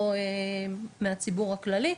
או מהציבור הכללי,